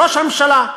ראש הממשלה,